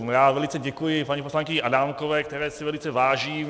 Já velice děkuji paní poslankyni Adámkové, které si velice vážím.